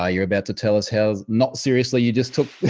ah you're about to tell us how not seriously you just took